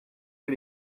que